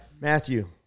Matthew